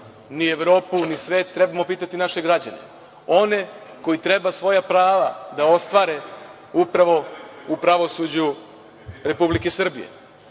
ni Evropu, ni svet. Treba da pitamo naše građane, one koji trebaju svoja prava da ostvare upravo u pravosuđu RS.Primeri